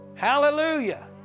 Hallelujah